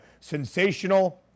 sensational